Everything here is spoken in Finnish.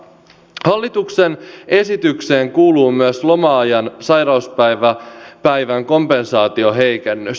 hallituksen esitykseen kuuluu myös loma ajan sairauspäivän kompensaatioheikennys